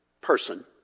person